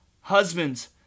husbands